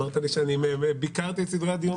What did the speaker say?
אמרת לי שביקרתי את סדרי הדיון שלך.